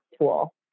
tool